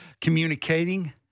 communicating